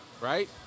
right